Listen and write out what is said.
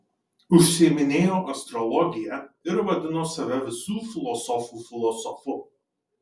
užsiiminėjo astrologija ir vadino save visų filosofų filosofu